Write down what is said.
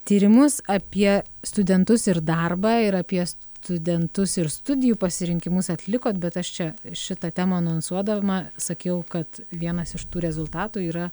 tyrimus apie studentus ir darbą ir apie studentus ir studijų pasirinkimus atlikot bet aš čia šitą temą anonsuodama sakiau kad vienas iš tų rezultatų yra